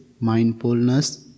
mindfulness